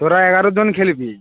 তোরা এগারো জন খেলবি